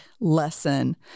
lesson